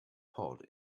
pod